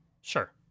Sure